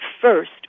first